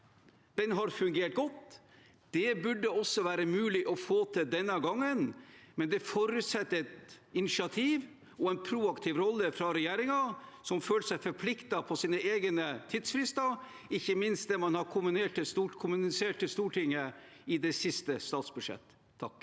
Den har fungert godt. Det burde også være mulig å få til denne gangen, men det forutsetter et initiativ og en proaktiv rolle fra regjeringen og at den føler seg forpliktet på sine egne tidsfrister, ikke minst på det man har kommunisert til Stortinget i det siste statsbudsjettet.